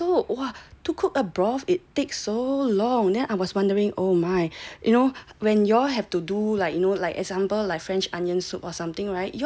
so !wah! to cook a broth it takes so long then I was wondering oh my you know when y'all have to do like you know like example like french onion soup or something right